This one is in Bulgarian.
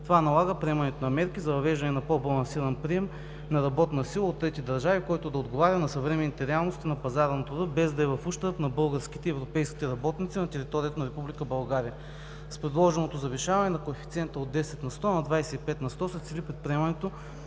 Това налага приемането на мерки за въвеждане на мерки за по-балансиран прием на работна сила от трети държави, което да отговаря на съвременните реалности на пазара на труда, без да е в ущърб на българските и европейските работници на територията на Република България. С предложеното завишаване на коефициента от 10 на сто на 25 на сто се цели предприемането